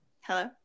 Hello